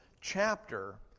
chapter